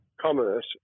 commerce